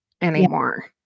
anymore